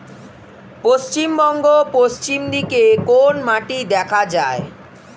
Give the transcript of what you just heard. পশ্চিমবঙ্গ পশ্চিম দিকে কোন মাটি দেখা যায়?